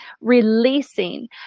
releasing